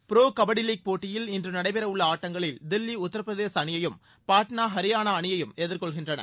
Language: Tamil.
புரோ கபடி லீக் போட்டியில் இன்று நடைபெறவுள்ள ஆட்டங்களில் தில்லி உத்தரப்பிரதேச அணியையும் பாட்னா ஹரியானா அணியையும் எதிர்கொள்கின்றன